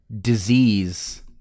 disease